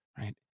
right